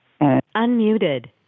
Unmuted